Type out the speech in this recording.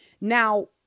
Now